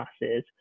masses